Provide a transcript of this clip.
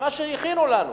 מה שהכינו לנו.